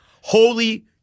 holy